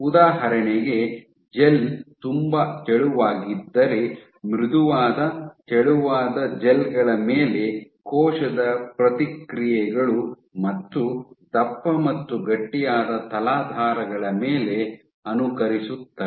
ಉದಾಹರಣೆಗೆ ಜೆಲ್ ತುಂಬಾ ತೆಳುವಾಗಿದ್ದರೆ ಮೃದುವಾದ ತೆಳುವಾದ ಜೆಲ್ ಗಳ ಮೇಲೆ ಕೋಶದ ಪ್ರತಿಕ್ರಿಯೆಗಳು ಮತ್ತು ದಪ್ಪ ಮತ್ತು ಗಟ್ಟಿಯಾದ ತಲಾಧಾರಗಳ ಮೇಲೆ ಅನುಕರಿಸುತ್ತವೆ